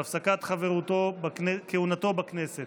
שהפסקת כהונתו בכנסת